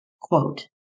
quote